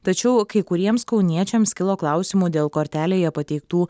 tačiau kai kuriems kauniečiams kilo klausimų dėl kortelėje pateiktų